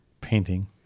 Painting